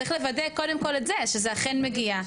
צריך לוודא קודם כל את זה שזה אכן מגיע,